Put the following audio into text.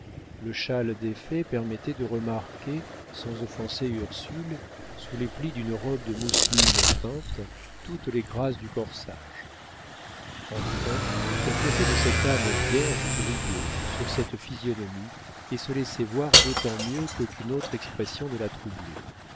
le châle défait permettait de remarquer sans offenser ursule sous les plis d'une robe de mousseline peinte toutes les grâces du corsage enfin la pureté de cette âme vierge brillait sur cette physionomie et se laissait voir d'autant mieux qu'aucune autre expression ne la troublait